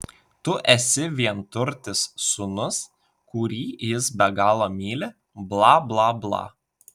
tu esi vienturtis sūnus kurį jis be galo myli bla bla bla